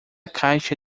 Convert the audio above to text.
caixa